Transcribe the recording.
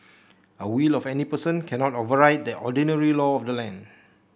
a will of any person cannot override the ordinary law of the land